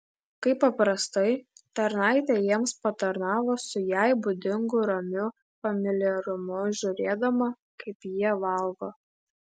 kaip paprastai tarnaitė jiems patarnavo su jai būdingu ramiu familiarumu žiūrėdama kaip jie valgo